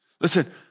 Listen